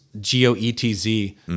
G-O-E-T-Z